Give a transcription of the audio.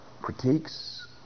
critiques